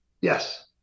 Yes